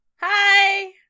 Hi